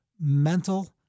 mental